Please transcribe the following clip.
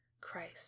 Christ